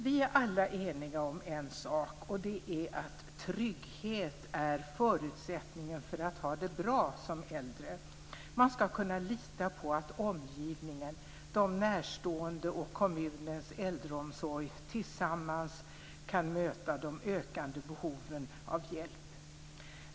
Vi är alla eniga om en sak: Trygghet är förutsättningen för att ha det bra som äldre. Man ska kunna lita på att omgivningen, de närstående och kommunens äldreomsorg tillsammans kan möta de ökande behoven av hjälp.